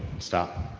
stop.